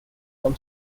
from